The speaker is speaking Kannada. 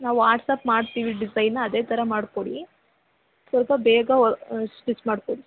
ನಾವು ವಾಟ್ಸಾಪ್ ಮಾಡ್ತೀವಿ ಡಿಸೈನ ಅದೇ ಥರ ಮಾಡ್ಕೊಡಿ ಸ್ವಲ್ಪ ಬೇಗ ಹೊಲಿ ಸ್ಟಿಚ್ ಮಾಡ್ಕೊಡಿ